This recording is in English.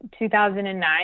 2009